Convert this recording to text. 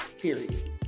Period